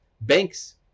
Banks